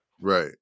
Right